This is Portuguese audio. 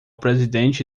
presidente